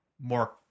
more